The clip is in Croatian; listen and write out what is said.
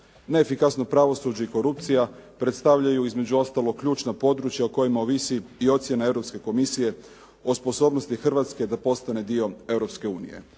Neefikasno pravosuđe i korupcija predstavljaju između ostalog ključna područja o kojima ovisi i ocjena Europske komisije o sposobnosti Hrvatske da postane dio Europske unije.